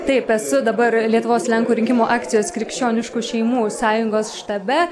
taip esu dabar lietuvos lenkų rinkimų akcijos krikščioniškų šeimų sąjungos štabe